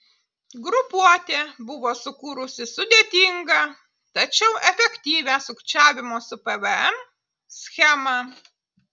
grupuotė buvo sukūrusi sudėtingą tačiau efektyvią sukčiavimo su pvm schemą